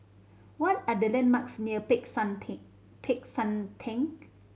what are the landmarks near Peck San Theng Peck San Theng